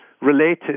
related